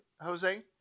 Jose